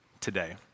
today